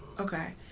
Okay